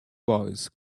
boys